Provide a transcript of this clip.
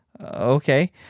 Okay